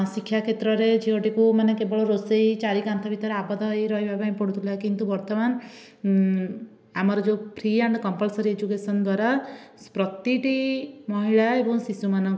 ଶିକ୍ଷା କ୍ଷେତ୍ରରେ ଝିଅଟିକୁ ମାନେ କେବଳ ରୋଷେଇ ଚାରି କାନ୍ଥ ଭିତରେ ଆବଦ୍ଧ ହୋଇ ରହିବା ପାଇଁ ପଡ଼ୁଥିଲା କିନ୍ତୁ ବର୍ତ୍ତମାନ ଆମର ଯେଉଁ ଫ୍ରି ଏଣ୍ଡ କମ୍ପଲସରି ଏଜୁକେସନ୍ ଦ୍ୱାରା ପ୍ରତିଟି ମହିଳା ଏବଂ ଶିଶୁମାନ